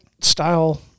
style